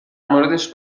موردش